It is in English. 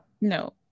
no